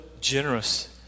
generous